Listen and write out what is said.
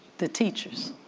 the teachers,